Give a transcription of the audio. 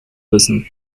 wissen